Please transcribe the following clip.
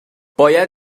باید